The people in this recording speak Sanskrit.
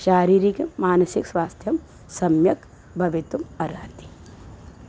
शारीरिकं मानसिकं स्वास्थ्यं सम्यक् भवितुम् अर्हति